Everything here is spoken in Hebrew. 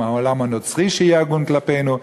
או מהעולם הנוצרי שיהיה הגון כלפינו.